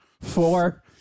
four